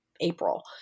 April